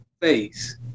face